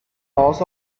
loss